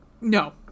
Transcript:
No